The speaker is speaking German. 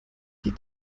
die